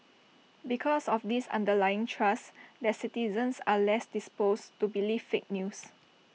because of this underlying trust their citizens are less disposed to believe fake news